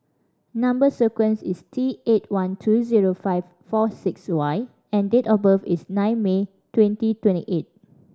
number sequence is T eight one two zero five four six Y and date of birth is nine May twenty twenty eight